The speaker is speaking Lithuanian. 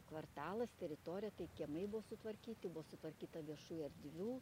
kvartalas teritorija tai kiemai buvo sutvarkyti buvo sutvarkyta viešųjų erdvių